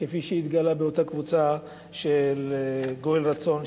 כפי שהתגלה באותה קבוצה של גואל רצון,